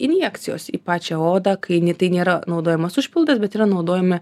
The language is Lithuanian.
injekcijos į pačią odą kai tai nėra naudojamas užpildas bet yra naudojami